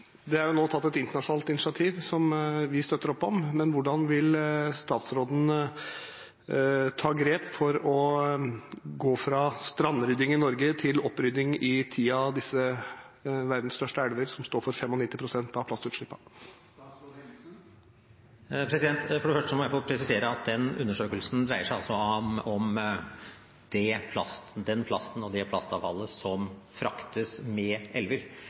Det er nå tatt et internasjonalt initiativ, som vi støtter opp om, men hvordan vil statsråden ta grep for å gå fra strandrydding i Norge til opprydding i ti av disse verdens største elver, som står for 95 pst. av plastutslippene? For det første må jeg få presisere at den undersøkelsen dreier seg om den plasten og det plastavfallet som fraktes med elver,